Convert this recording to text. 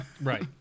Right